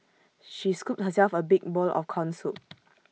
she scooped herself A big bowl of Corn Soup